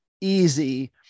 easy